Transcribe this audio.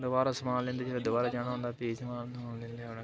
दवारै समान लेंदे लेंदे जिसलै दवारै जाना होंदा फ्ही समान समून लेंदे बी